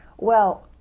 well,